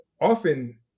often